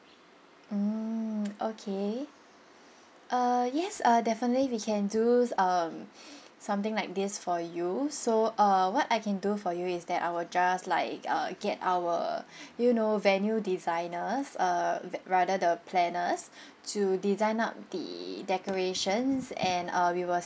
mm okay uh yes uh definitely we can do err something like this for you so uh what I can do for you is that I will just like uh get our you know venue designers uh rather the planners to design up the decorations and uh we will